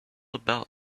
about